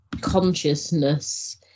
consciousness